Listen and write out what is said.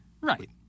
Right